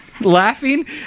laughing